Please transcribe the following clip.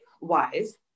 wise